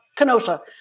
Kenosha